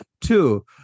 Two